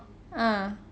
ah